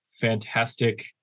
fantastic